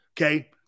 Okay